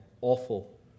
awful